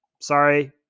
Sorry